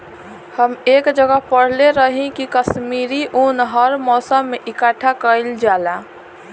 हम एक जगह पढ़ले रही की काश्मीरी उन हर मौसम में इकठ्ठा कइल जाला